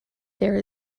there